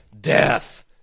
Death